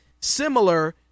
similar